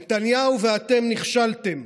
נתניהו ואתם נכשלתם,